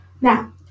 Now